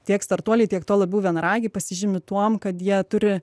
tiek startuoliai tiek tuo labiau vienaragiai pasižymi tuom kad jie turi